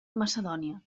macedònia